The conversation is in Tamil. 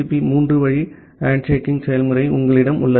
பி மூன்று வழி ஹேண்ட்ஷேக்கிங் செயல்முறை உங்களிடம் உள்ளது